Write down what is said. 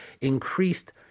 increased